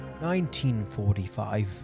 1945